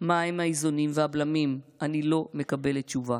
מהם האיזונים והבלמים ואני לא מקבלת תשובה.